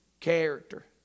character